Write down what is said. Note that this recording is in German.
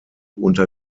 unter